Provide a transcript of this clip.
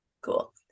cool